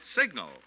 Signal